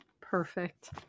Perfect